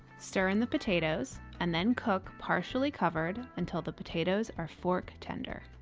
stir in the potatoes, and then cook, partially covered, until the potatoes are fork tender.